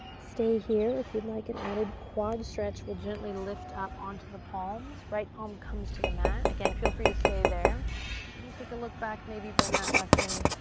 stay here. if you'd like an added quad stretch, we'll gently lift up onto the palms. right palm comes to the mat. again, feel free to stay there. and we'll take a look back, maybe bend that left knee.